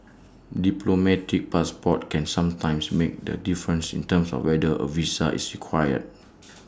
diplomatic passports can sometimes make the difference in terms of whether A visa is required